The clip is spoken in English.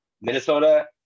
Minnesota